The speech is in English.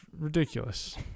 ridiculous